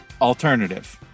Alternative